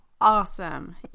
awesome